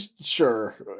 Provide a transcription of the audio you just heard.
sure